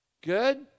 Good